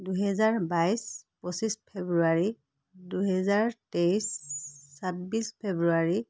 দুহেজাৰ বাইছ পঁচিছ ফেব্ৰুৱাৰী দুহেজাৰ তেইছ ছাব্বিছ ফেব্ৰুৱাৰী